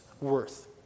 worth